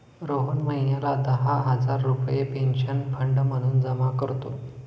रोहन महिन्याला दहा हजार रुपये पेन्शन फंड म्हणून जमा करतो